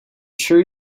sure